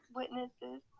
witnesses